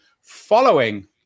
following